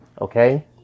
Okay